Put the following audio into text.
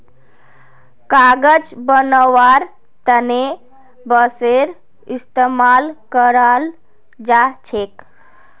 कागज बनव्वार तने बांसेर इस्तमाल कराल जा छेक